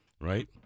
Right